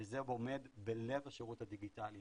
וזה עומד בלב השירות הדיגיטלי.